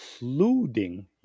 including